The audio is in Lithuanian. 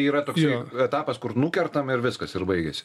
yra toksai etapas kur nukertam ir viskas ir baigiasi